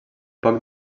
poc